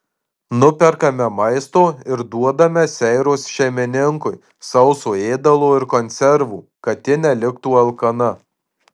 nuperkame maisto ir duodame seiros šeimininkui sauso ėdalo ir konservų kad ji neliktų alkana